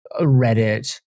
Reddit